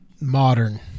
modern